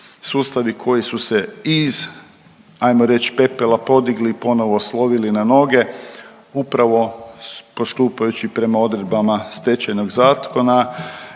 koji su se iz, ajmo reć pepela podigli i ponovno oslovili na noge upravo postupajući prema odredbama Stečajnog zakona